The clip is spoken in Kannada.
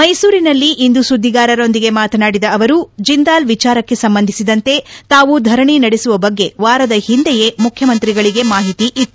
ಮೈಸೂರಿನಲ್ಲಿಂದು ಸುದ್ದಿಗಾರರೊಂದಿಗೆ ಮಾತನಾಡಿದ ಅವರು ಜಿಂದಾಲ್ ವಿಚಾರಕ್ಕೆ ಸಂಬಂಧಿಸಿದಂತೆ ತಾವು ಧರಣಿ ನಡೆಸುವ ಬಗ್ಗೆ ವಾರದ ಹಿಂದೆಯೇ ಮುಖ್ಯಮಂತ್ರಿಗಳಿಗೆ ಮಾಹಿತಿ ಇತ್ತು